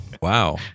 Wow